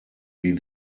wie